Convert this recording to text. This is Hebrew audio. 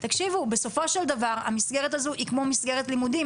תקשיבו, המסגרת הזאת היא כמו מסגרת לימודים.